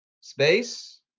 Space